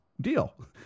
deal